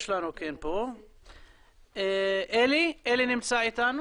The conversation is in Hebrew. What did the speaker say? בבקשה, אלי אלפסי.